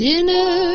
Dinner